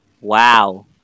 Wow